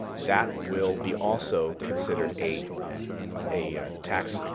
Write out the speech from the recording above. that will be also considered a a tax